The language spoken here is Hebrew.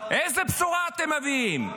איזו בשורה אתם מביאים?